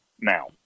now